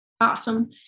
Awesome